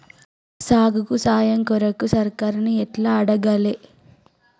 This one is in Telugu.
సాగుకు సాయం కొరకు సర్కారుని ఎట్ల అడగాలే?